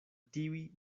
tiuj